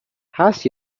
هست